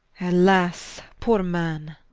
alas poore man